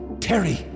Terry